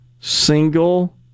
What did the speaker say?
single